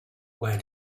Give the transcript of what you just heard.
where